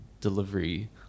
delivery